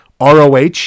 ROH